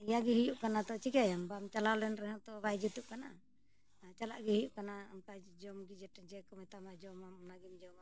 ᱱᱤᱭᱟᱹᱜᱮ ᱦᱩᱭᱩᱜ ᱠᱟᱱᱟ ᱛᱚ ᱪᱤᱠᱟᱹᱭᱟᱢ ᱵᱟᱢ ᱪᱟᱞᱟᱣ ᱞᱮᱱ ᱨᱮᱦᱚᱸ ᱛᱚ ᱵᱟᱭ ᱡᱩᱛᱩᱜ ᱠᱟᱱᱟ ᱪᱟᱞᱟᱜ ᱜᱮ ᱦᱩᱭᱩᱜ ᱠᱟᱱᱟ ᱚᱱᱠᱟ ᱡᱚᱢᱜᱮ ᱡᱮᱴᱟ ᱡᱮᱠᱚ ᱢᱮᱛᱟᱢᱟ ᱡᱚᱢᱟᱢ ᱚᱱᱟᱜᱮᱢ ᱡᱚᱢᱟ